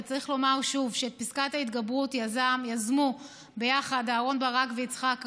וצריך לומר שוב שאת פסקת ההתגברות יזמו ביחד אהרן ברק ויצחק רבין.